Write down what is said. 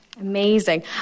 Amazing